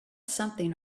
something